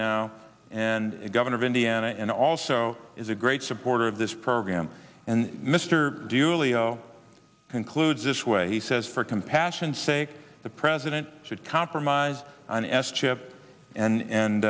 now and governor of indiana and also is a great supporter of this program and mr dooley concludes this way he says for compassion sake the president should compromise on s chip and a